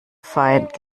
feind